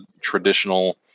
traditional